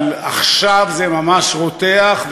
אבל עכשיו זה ממש רותח,